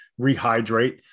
rehydrate